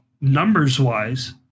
numbers-wise